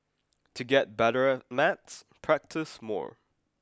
to get better at maths practise more